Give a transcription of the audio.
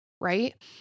right